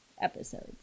episodes